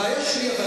הבעיה שלי,